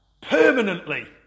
permanently